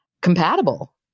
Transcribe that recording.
compatible